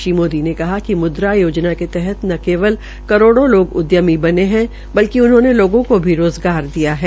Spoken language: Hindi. श्री मोदी ने कहा कि मुद्रायोजना के तहत न केवल करोड़ो लोग उद्यमी बने है बल्कि उन्होंने लोगों को भी रोजगार दिया है